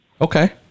Okay